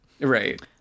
Right